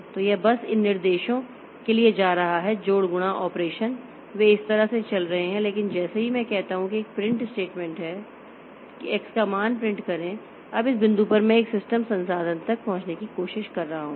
तो यह बस इन निर्देशों के लिए जा रहा है जोड़ गुणा ऑपरेशन वे इस तरह से चल रहे हैं लेकिन जैसे ही मैं कहता हूं कि एक प्रिंट स्टेटमेंट है कि x का मान प्रिंट करें अब इस बिंदु पर मैं एक सिस्टम संसाधन तक पंहुचने की कोशिश कर रहा हूं